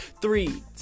Three